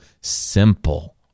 simple